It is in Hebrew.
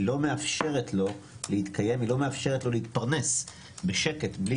היא לא מאפשרת לו להתקיים ולהתפרנס בשקט, בלי